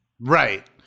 Right